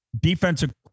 defensive